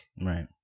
Right